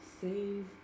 save